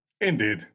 Indeed